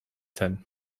ten